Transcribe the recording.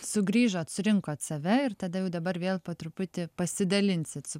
sugrįžot surinkot save ir tada jau dabar vėl po truputį pasidalinsit su